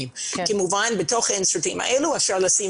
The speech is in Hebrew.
כמובן בתוך האינסרטים האלו אפשר לשים